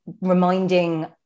reminding